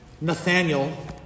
Nathaniel